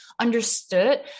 understood